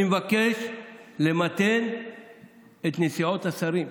אני מבקש למתן את נסיעות השרים.